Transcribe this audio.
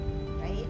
right